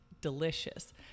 delicious